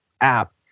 app